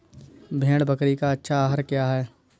भेड़ बकरी का अच्छा आहार क्या है?